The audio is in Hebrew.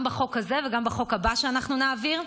גם בחוק הזה וגם בחוק הבא שאנחנו נעביר,